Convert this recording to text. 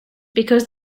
because